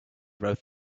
wrote